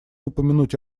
упомянуть